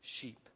sheep